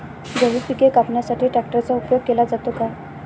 गहू पिके कापण्यासाठी ट्रॅक्टरचा उपयोग केला जातो का?